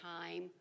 time